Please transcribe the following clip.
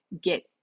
get